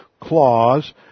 clause